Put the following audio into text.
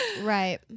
Right